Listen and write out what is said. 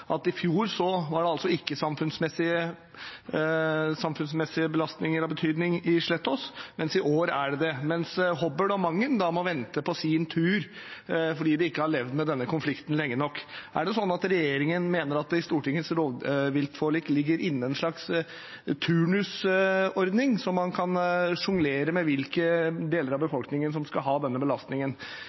at i fjor var det altså ikke samfunnsmessige belastninger av betydning i Slettås, mens i år er det det, mens Hobøl og Mangen må vente på tur fordi de ikke har levd med denne konflikten lenge nok? Er det sånn at regjeringen mener at det i Stortingets rovviltforlik ligger inne en slags turnusordning, sånn at man kan sjonglere med hvilke deler av befolkningen som skal ha denne belastningen?